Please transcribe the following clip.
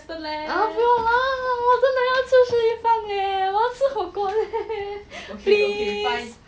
!huh! 不要啦我真的要吃 Shi Li Fang leh 我要吃火锅 leh please